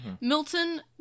Milton